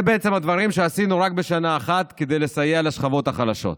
אלה בעצם הדברים שעשינו רק בשנה אחת כדי לסייע לשכבות החלשות.